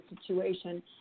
situation